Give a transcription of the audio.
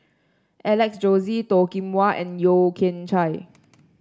Alex Josey Toh Kim Hwa and Yeo Kian Chye